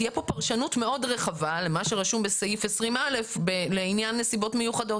תהיה כאן פרשנות מאוד רחבה למה שרשום בסעיף 20א לעניין נסיבות מיוחדות.